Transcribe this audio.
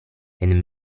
and